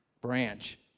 branch